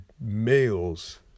males